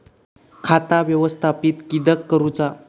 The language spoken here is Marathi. खाता व्यवस्थापित किद्यक करुचा?